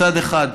מצד אחד,